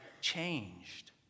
changed